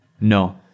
No